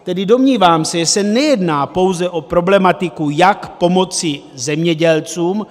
Tedy domnívám se, že se nejedná pouze o problematiku, jak pomoci zemědělcům.